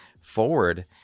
forward